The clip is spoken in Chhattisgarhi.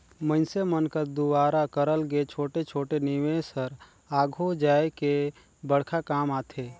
मइनसे मन कर दुवारा करल गे छोटे छोटे निवेस हर आघु जाए के बड़खा काम आथे